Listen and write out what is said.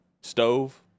stove